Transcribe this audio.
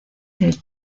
del